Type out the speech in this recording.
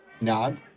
Nod